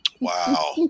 Wow